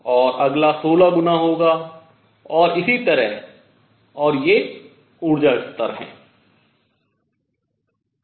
और अगला 16 गुना होगा और इसी तरह और ये ऊर्जा स्तर हैं